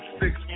six